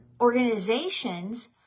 organizations